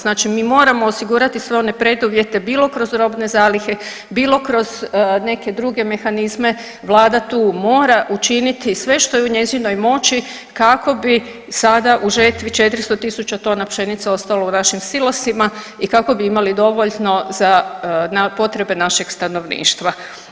Znači mi moramo osigurati sve one preduvjete bilo kroz robne zalihe, bilo kroz neke druge mehanizme, vlada tu mora učiniti sve što je u njezinoj moći kako bi sada u žetvi 400.000 tona pšenice ostalo u našim silosima i kako bi imali dovoljno za potrebne našeg stanovništva.